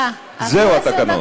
זהו התקנון.